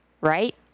right